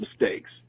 mistakes